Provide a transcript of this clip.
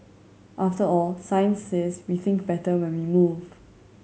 after all science says we think better when we move